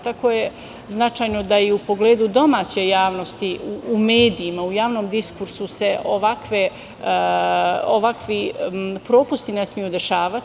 Tako je značajno da i u pogledu domaće javnosti u medijima, u javnom diskursu se ovakvi propusti ne smeju dešavati.